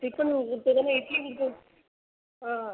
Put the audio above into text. chicken கொடுத்தது இட்லி கொடுத்து ஆ